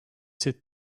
sit